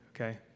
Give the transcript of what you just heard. okay